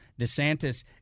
DeSantis